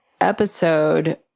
episode